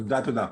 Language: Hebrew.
תודה רבה.